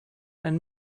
and